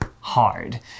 hard